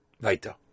later